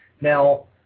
now